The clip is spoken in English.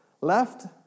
Left